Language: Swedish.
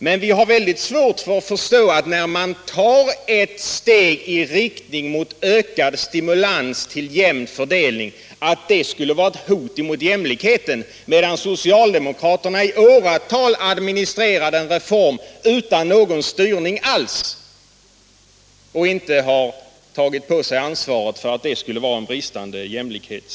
Men när man tar ett steg i riktning mot ökad stimulans till jämn fördelning, så har vi väldigt svårt att förstå att det skulle vara ett hot mot jämlikheten — när socialdemokraterna i åratal administrerade en reform utan någon styrning alls och inte har tagit på sig ansvaret för att det skulle vara en politik som brast i jämlikhet.